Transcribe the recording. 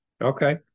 Okay